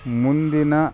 ಮುಂದಿನ